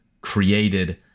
created